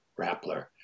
Rappler